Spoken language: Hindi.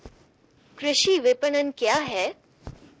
कृषि विपणन क्या है?